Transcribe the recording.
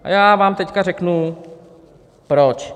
A já vám teď řeknu proč.